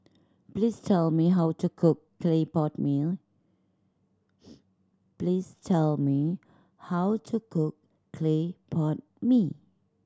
please tell me how to cook clay pot mee